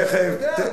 תיכף, בוודאי.